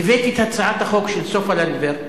הבאתי את הצעת החוק של סופה לנדבר,